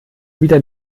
wieder